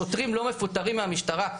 שוטרים לא מפוטרים מהמשטרה.